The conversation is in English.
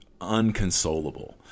unconsolable